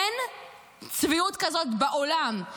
אין צביעות כזאת בעולם.